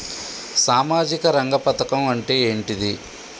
సామాజిక రంగ పథకం అంటే ఏంటిది?